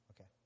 Okay